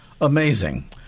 Amazing